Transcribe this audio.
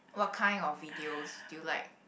what kind of videos do you like